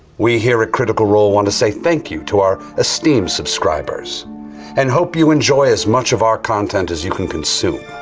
we here at critical role want to say thank you to our esteemed subscribers and hope you enjoy as much of our content as you can consume,